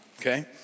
Okay